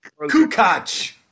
Kukoc